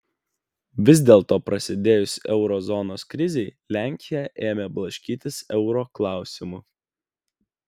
vis dėlto prasidėjus euro zonos krizei lenkija ėmė blaškytis euro klausimu